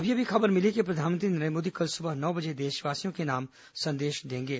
अभी अभी खबर मिली है कि प्रधानमंत्री नरेंद्र मोदी कल सुबह नौ बजे देशवासियों के नाम संदेश देंगे